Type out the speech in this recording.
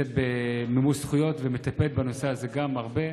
שנמצאת במימוש זכויות וגם מטפלת בנושא הרבה.